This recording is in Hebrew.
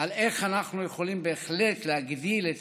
איך אנחנו יכולים בהחלט להגדיל את